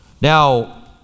Now